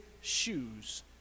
shoes